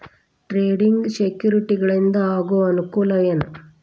trading ಸೆಕ್ಯುರಿಟಿಗಳಿಂದ ಆಗೋ ಅನುಕೂಲ ಏನ